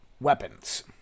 weapons